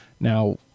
Now